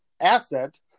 asset